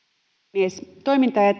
puhemies toimintaa ja